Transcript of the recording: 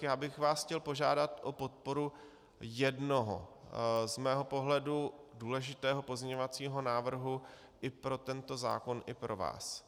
Já bych vás chtěl požádat o podporu jednoho z mého pohledu důležitého pozměňovacího návrhu i pro tento zákon i pro vás.